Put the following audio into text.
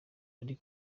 ari